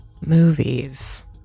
movies